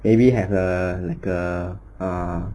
maybe have a like a uh